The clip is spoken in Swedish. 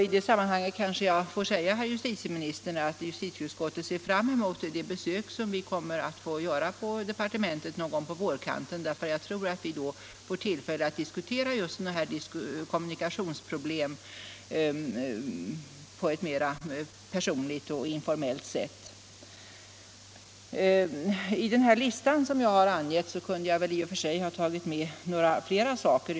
I det sammanhanget kanske jag får säga herr justitieministern att vi i justitieutskottet ser fram emot det besök som vi kommer att få göra på departementet någon gång på vårkanten, för jag tror att vi då får tillfälle att diskutera just sådana här kommunikationsproblem på ett mera personligt och informellt sätt. I den här listan som jag har gjort upp kunde jag väl i och för sig ha tagit med några fler saker.